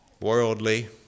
worldly